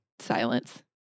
silence